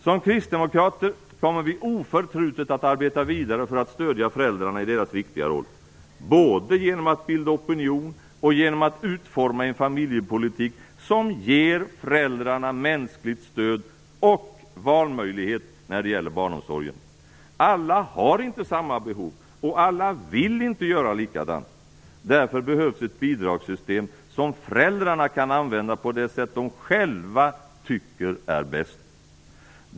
Som kristdemokrater kommer vi oförtrutet att arbeta vidare för att stödja föräldrarna i deras viktiga roll, både genom att bilda opinion och genom att utforma en familjepolitik som ger föräldrarna mänskligt stöd och valmöjlighet när det gäller barnomsorgen. Alla har inte samma behov, och alla vill inte göra likadant. Därför behövs ett bidragssystem som föräldrarna kan använda på det sätt de själva tycker är bäst.